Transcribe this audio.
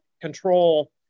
control